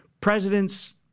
presidents